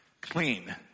Clean